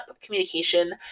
communication